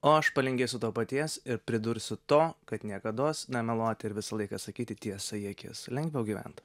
o aš palinkėsiu to paties ir pridursiu to kad niekados nemeluoti ir visą laiką sakyti tiesą į akis lengviau gyvent